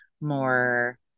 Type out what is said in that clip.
more